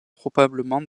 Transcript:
probablement